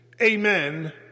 amen